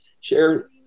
share